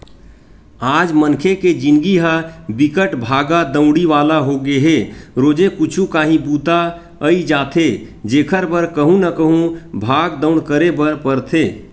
आज मनखे के जिनगी ह बिकट भागा दउड़ी वाला होगे हे रोजे कुछु काही बूता अई जाथे जेखर बर कहूँ न कहूँ भाग दउड़ करे बर परथे